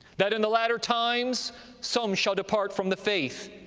that in the latter times some shall depart from the faith,